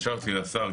התקשרתי לשר,